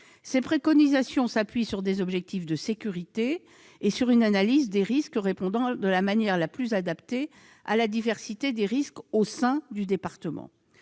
Ses préconisations s'appuient sur des objectifs de sécurité et sur une analyse des risques répondant de la manière la plus adaptée à la diversité des risques au sein du département.